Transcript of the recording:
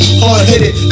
hard-headed